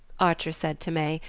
archer said to may,